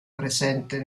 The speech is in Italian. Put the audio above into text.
presente